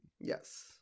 Yes